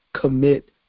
commit